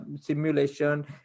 simulation